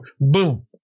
boom